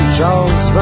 Charles